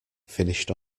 finished